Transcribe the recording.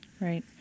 Right